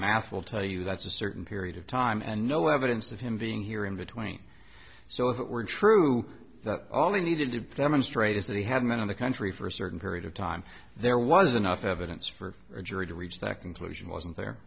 math will tell you that's a certain period of time and no evidence of him being here in between so if it were true that all he needed to demonstrate is that he had been in the country for a certain period of time there was enough evidence for a jury to reach that conclusion wasn't there